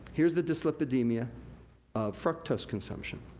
here's the dyslipidemia of fructose consumption.